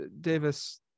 Davis